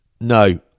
No